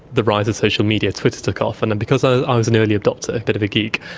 the rise of social media, twitter, took off, and then because i was an early adopter, a bit of a geek,